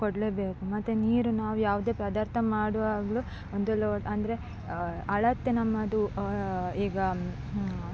ಕೊಡಲೇಬೇಕು ಮತ್ತು ನೀರು ನಾವು ಯಾವುದೇ ಪದಾರ್ಥ ಮಾಡುವಾಗಲು ಒಂದು ಲೋ ಅಂದರೆ ಅಳತೆ ನಮ್ಮದು ಈಗ